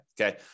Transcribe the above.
okay